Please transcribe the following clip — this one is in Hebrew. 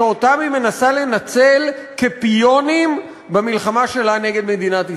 שאותם היא מנסה לנצל כפיונים במלחמה שלה נגד מדינת ישראל.